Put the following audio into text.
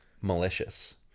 malicious